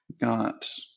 got